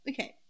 Okay